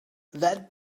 that